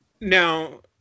Now